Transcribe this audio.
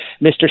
Mr